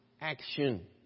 action